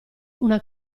una